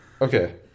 Okay